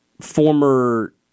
former